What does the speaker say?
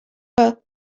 were